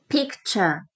Picture